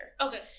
Okay